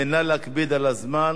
נא להקפיד על הזמן,